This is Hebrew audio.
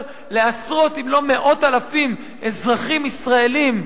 לעשרות אם לא מאות אלפי אזרחים ישראלים,